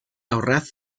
ahorrad